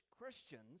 Christians